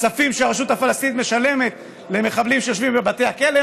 כספים שהרשות הפלסטינית משלמת למחבלים שיושבים בבתי הכלא.